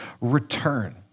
return